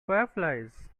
fireflies